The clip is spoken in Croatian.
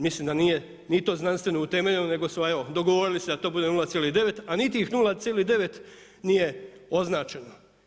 Mislim da nije ni to znanstveno utemeljeno nego su evo dogovorili se da to bude 0,9 a niti tih 0,9 nije označeno.